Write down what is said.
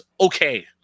okay